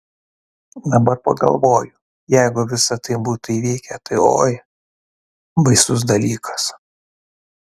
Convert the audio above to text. dabar pagalvoju jeigu visa tai būtų įvykę tai oi baisus dalykas